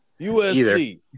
USC